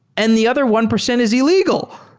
and the other one percent is illegal.